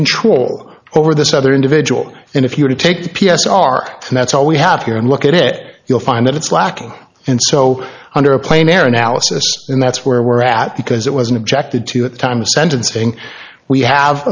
control over this other individual and if you were to take the p s r and that's all we have here and look at it you'll find that it's lacking and so under a plane air analysis and that's where we're at because it wasn't objected to at the time of sentencing we have